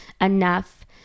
enough